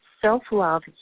self-love